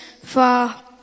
far